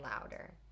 louder